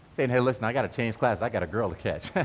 and hey, listen, i got to change classes, i got a girl to catch.